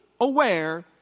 aware